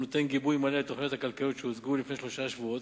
הוא נותן גיבוי מלא לתוכניות הכלכליות שהוצגו לפני שלושה שבועות.